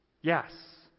Yes